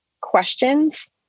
questions